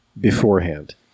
beforehand